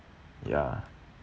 ya